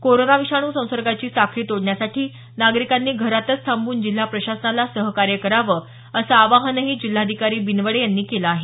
corona विषाणू संसर्गाची साखळी तोडण्यासाठी नागरिकांनी घरातच थांबून जिल्हा प्रशासनाला सहकार्य करावं असं आवाहनही जिल्हाधिकारी बिनवडे यांनी केलं आहे